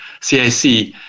CIC